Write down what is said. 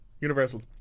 Universal